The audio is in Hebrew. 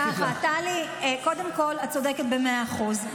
טלי, קודם כול, את צודקת במאה אחוז.